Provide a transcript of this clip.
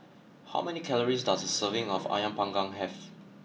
how many calories does a serving of Ayam Panggang have